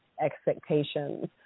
expectations